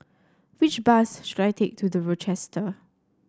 which bus should I take to The Rochester